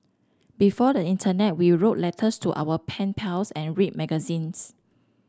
before the internet we wrote letters to our pen pals and read magazines